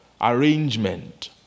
arrangement